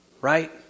Right